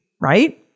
right